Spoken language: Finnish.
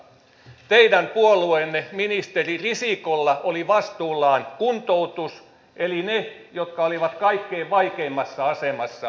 teidän puolueenne ministeri risikolla oli vastuullaan kuntoutus eli ne jotka olivat kaikkein vaikeimmassa asemassa